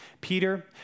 Peter